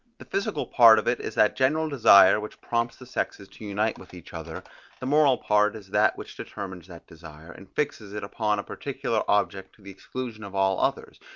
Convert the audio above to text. the physical part of it is that general desire which prompts the sexes to unite with each other the moral part is that which determines that desire, and fixes it upon a particular object to the exclusion of all others,